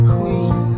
Queen